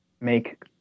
make